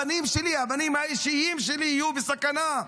הבנים שלי, הבנים האישיים שלי, יהיו בסכנה.